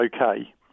okay